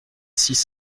six